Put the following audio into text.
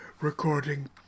recording